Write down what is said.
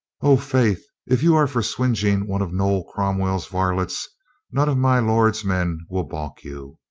o, faith, if you are for swingeing one of noll cromwell's varlets none of my lord's men will balk you.